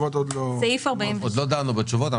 עוד לא דנו בתשובות.